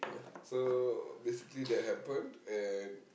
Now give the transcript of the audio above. so basically that happened and